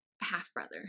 Half-brother